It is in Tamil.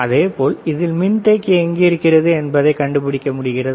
அதேபோல் இதில் மின்தேக்கி எங்கு இருக்கிறது என்பதை கண்டுபிடிக்க முடிகிறதா